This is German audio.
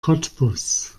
cottbus